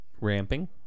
ramping